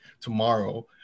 tomorrow